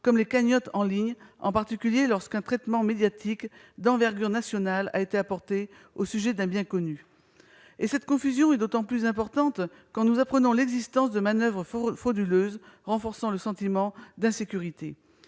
comme les cagnottes en ligne, en particulier lorsqu'un traitement médiatique d'envergure nationale a été consacré à un bien connu. Cette confusion est d'autant plus importante quand nous apprenons l'existence de manoeuvres frauduleuses, ce qui renforce alors le sentiment d'insécurité.